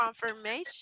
confirmation